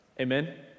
Amen